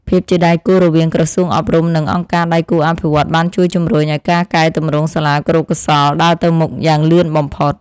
ភាពជាដៃគូរវាងក្រសួងអប់រំនិងអង្គការដៃគូអភិវឌ្ឍន៍បានជួយជំរុញឱ្យការកែទម្រង់សាលាគរុកោសល្យដើរទៅមុខយ៉ាងលឿនបំផុត។